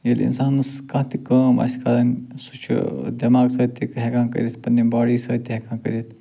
ییٚلہِ اِنسانَس کانٛہہ تہِ کٲم آسہِ کَرٕنۍ سُہ چھُ دٮ۪ماغہٕ سۭتۍ تہِ ہٮ۪کان کٔرِتھ پنٛنہِ باڈی سۭتۍ تہِ ہٮ۪کان کٔرِتھ